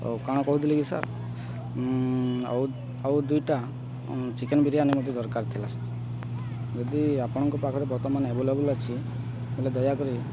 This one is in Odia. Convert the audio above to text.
ହଉ କ'ଣ କହୁଥିଲେ କି ସାର୍ ଆଉ ଆଉ ଦୁଇଟା ଚିକେନ୍ ବିରିୟାନୀ ମୋତେ ଦରକାର ଥିଲା ସାର୍ ଯଦି ଆପଣଙ୍କ ପାଖରେ ବର୍ତ୍ତମାନ ଆଭେଲେବୁଲ୍ ଅଛି ହେଲେ ଦୟାକରି